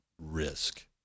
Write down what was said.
risk